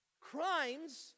crimes